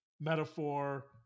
metaphor